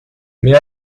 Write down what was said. mais